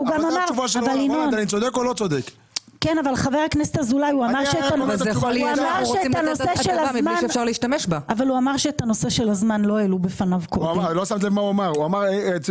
אני רק כן אשאל אם אפשר טיפה להגמיש את הזמן כי נראה לי